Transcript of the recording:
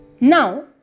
Now